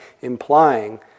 implying